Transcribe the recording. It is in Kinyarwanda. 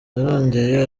yarongeye